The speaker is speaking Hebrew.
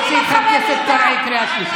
אני מבקש להוציא את חבר הכנסת קרעי, קריאה שלישית.